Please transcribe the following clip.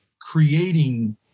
creating